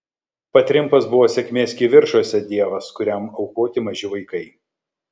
patrimpas buvo sėkmės kivirčuose dievas kuriam aukoti maži vaikai